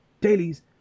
dailies